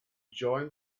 join